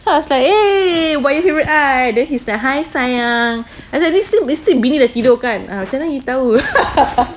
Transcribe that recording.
so I was like eh buaya favourite I and then he's like hi sayang still bisik-bisik nak tidur kan ah macam mana you tahu